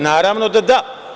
Naravno, da da.